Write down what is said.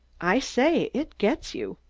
i say it gets you.